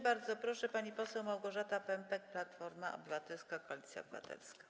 Bardzo proszę, pani poseł Małgorzata Pępek, Platforma Obywatelska - Koalicja Obywatelska.